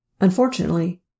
Unfortunately